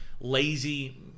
lazy